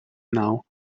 now